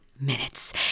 minutes